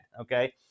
okay